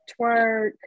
twerk